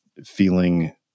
feeling